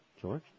George